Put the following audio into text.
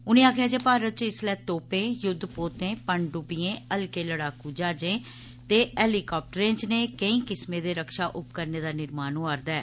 उनें आक्खेया जे भारत च इस्सलै तोपें युद्धपोतें पन डुब्बियें हलके लड़ाकू जहाजें ते हैलिकाप्टरें जनेंह केंई किस्में दे रक्षा उपकरणें दा निर्माण होआ करदा ऐ